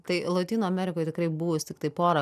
tai lotynų amerikoj tikrai buvus tiktai porą